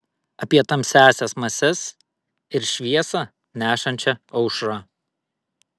apie tamsiąsias mases ir šviesą nešančią aušrą